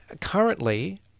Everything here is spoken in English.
currently